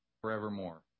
forevermore